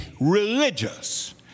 religious